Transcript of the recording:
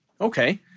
Okay